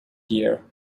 year